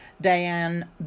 Diane